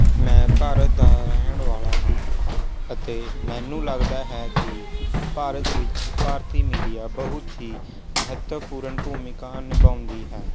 ਮੈਂ ਭਾਰਤ ਦਾ ਰਹਿਣ ਵਾਲਾ ਹਾਂ ਅਤੇ ਮੈਨੂੰ ਲੱਗਦਾ ਹੈ ਕਿ ਭਾਰਤ ਵਿੱਚ ਭਾਰਤੀ ਮੀਡੀਆ ਬਹੁਤ ਹੀ ਮਹੱਤਵਪੂਰਨ ਭੂਮਿਕਾ ਨਿਭਾਉਂਦੀ ਹੈ